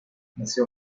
nació